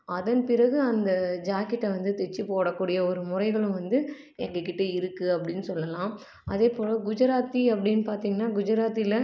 அதன் பிறகு அந்த ஜாக்கெட்டை வந்து தைச்சி போடக்கூடிய ஒரு முறைகளும் வந்து எங்கள்கிட்ட இருக்கு அப்படின்னு சொல்லலாம் அதே போல் குஜராத்தி அப்படின்னு பார்த்தீங்கனா குஜராத்தில்